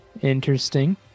Interesting